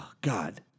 God